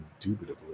Indubitably